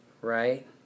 right